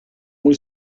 muy